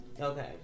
Okay